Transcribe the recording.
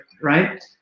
right